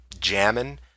Jamming